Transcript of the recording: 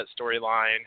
storyline